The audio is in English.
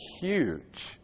huge